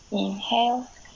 inhale